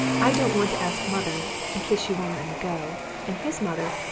i don't want to ask mother, in case she won't let me go and his mother,